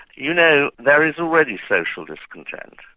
you know, there is already social discontent.